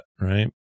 right